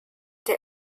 der